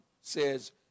says